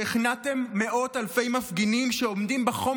שהכנעתם מאות אלפי מפגינים שעומדים בחום